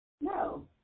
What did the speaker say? no